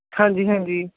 ਹਾਂਜੀ ਹਾਂਜੀ